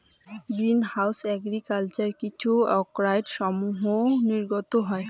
green house agriculture কিছু অক্সাইডসমূহ নির্গত হয়